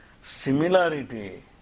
Similarity